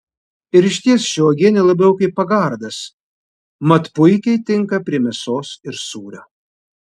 ir išties ši uogienė labiau kaip pagardas mat puikiai tinka prie mėsos ir sūrio